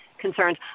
concerns